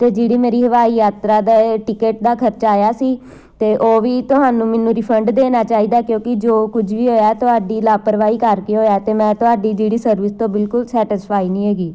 ਅਤੇ ਜਿਹੜੀ ਮੇਰੀ ਹਵਾਈ ਯਾਤਰਾ ਦਾ ਟਿਕਟ ਦਾ ਖਰਚਾ ਆਇਆ ਸੀ ਅਤੇ ਉਹ ਵੀ ਤੁਹਾਨੂੰ ਮੈਨੂੰ ਰਿਫੰਡ ਦੇਣਾ ਚਾਹੀਦਾ ਕਿਉਂਕਿ ਜੋ ਕੁਝ ਵੀ ਹੋਇਆ ਤੁਹਾਡੀ ਲਾਪਰਵਾਹੀ ਕਰਕੇ ਹੋਇਆ ਅਤੇ ਮੈਂ ਤੁਹਾਡੀ ਜਿਹੜੀ ਸਰਵਿਸ ਤੋਂ ਬਿਲਕੁਲ ਸੈਟਿਸਫਾਈ ਨਹੀਂ ਹੈਗੀ